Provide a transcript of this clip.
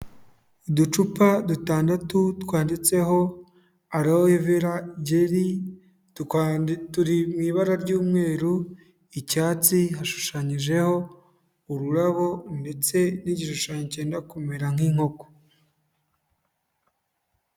Uducupa dutandatu twanditseho Aloe Vera Jerry turi mu ibara ry'umweru, icyatsi, hashushanyijeho ururabo ndetse n'igishushanyo cyenda kumera nk'inkoko.